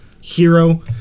hero